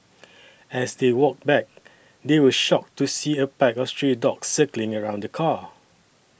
as they walked back they were shocked to see a pack of stray dogs circling around the car